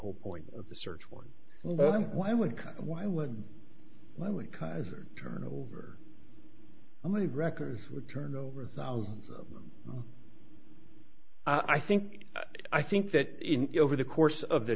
whole point of the search one well then why would why would why would cause turnover how many records were turned over thousand of them i think i think that over the course of the